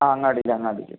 ആ അങ്ങാടിയില് അങ്ങാടിയില്